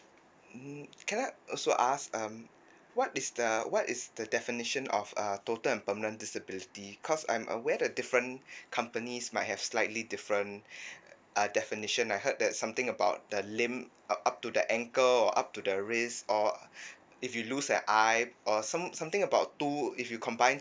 mm can I also ask um what is the what is the definition of uh total and permanent disability cause I'm aware the different companies might have slightly different uh definition I heard there's something about the limb uh up to the ankle or up to the wrist or if you lose a eye or some something about two if you combine